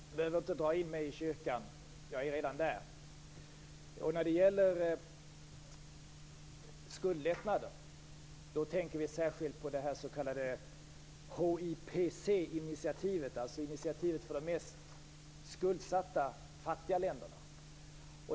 Fru talman! Vänsterpartiet behöver inte dra in mig i kyrkan. Jag är redan där. När det gäller skuldlättnader tänker vi särskilt på det s.k. HIPC-initiativet, alltså initiativet för de mest skuldsatta fattiga länderna.